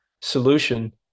solution